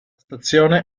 stazione